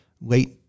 late